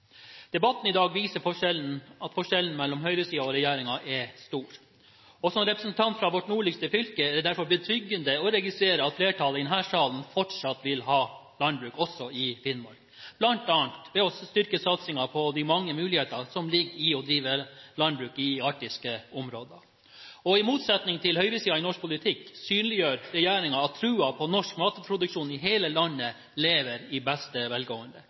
representant fra vårt nordligste fylke er det derfor betryggende å registrere at flertallet i denne salen fortsatt vil ha landbruk også i Finnmark, bl.a. ved å styrke satsingen på de mange muligheter som ligger i å drive landbruk i arktiske områder. I motsetning til høyresiden i norsk politikk synliggjør regjeringen at troen på norsk matproduksjon i hele landet lever i beste velgående.